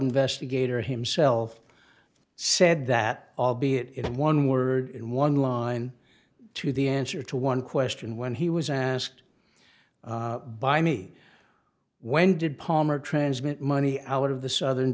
investigator himself said that albeit in one word in one line to the answer to one question when he was asked by me when did palmer transmit money out of the southern